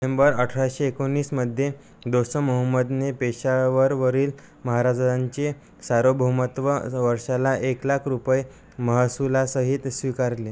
हेंबर अठराशे एकोणीसमध्ये दोस्त मोहम्मदने पेशावरवरील महाराजांचे सार्वभौमत्व वर्षाला एक लाख रुपये महसूलासहित स्वीकारले